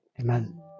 Amen